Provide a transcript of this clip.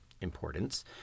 importance